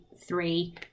three